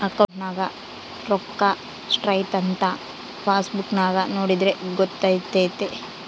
ಅಕೌಂಟ್ನಗ ರೋಕ್ಕಾ ಸ್ಟ್ರೈಥಂಥ ಪಾಸ್ಬುಕ್ ನಾಗ ನೋಡಿದ್ರೆ ಗೊತ್ತಾತೆತೆ